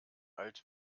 alt